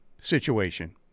situation